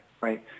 right